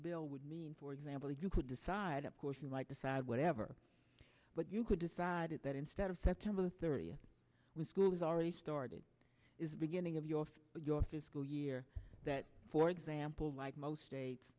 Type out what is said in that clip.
bill would mean for example you could decide of course you might decide whatever but you could decided that instead of september thirtieth when school is already started is the beginning of your your fiscal year that for example like most states